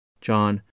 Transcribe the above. John